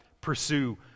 Pursue